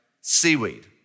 Seaweed